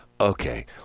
okay